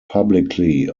publicly